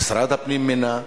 שמשרד הפנים מינה,